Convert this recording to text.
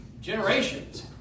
generations